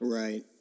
right